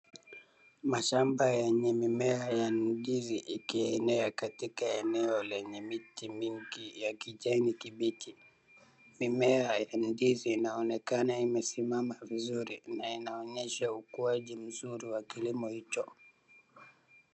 Mashamba yenye mimea ya ndizi ikienea katika eneo lenye miti mingi ya kijani kibichi. Mimea ya ndizi inaonekana imesimama vizuri na inaonesha ukuaji mzuri wa kilimo hicho.